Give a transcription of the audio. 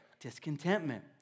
Discontentment